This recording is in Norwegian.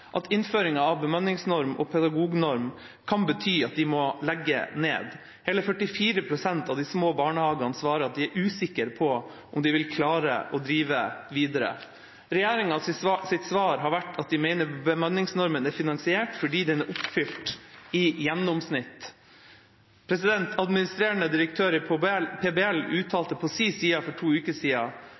at innføringen av bemanningsnorm og pedagognorm kan bety at de må legge ned. Hele 44 pst. av de små barnehagene svarer at de er usikre på om de vil klare å drive videre. Regjeringas svar har vært at de mener bemanningsnormen er finansiert fordi den er oppfylt i gjennomsnitt. Administrerende direktør i PBL uttalte på sin side for to uker